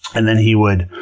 and then he would